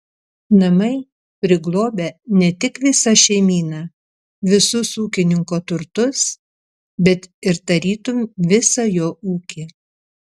namai priglobia ne tik visą šeimyną visus ūkininko turtus bet ir tarytum visą jo ūkį